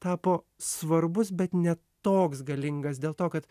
tapo svarbus bet ne toks galingas dėl to kad